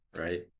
right